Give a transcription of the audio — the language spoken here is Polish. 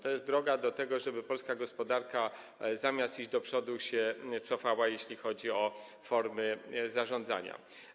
To jest droga do tego, żeby polska gospodarka, zamiast iść do przodu, cofała się, jeśli chodzi o formy zarządzania.